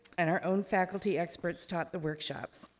and our own faculty experts taught the workshops.